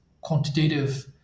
quantitative